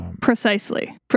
Precisely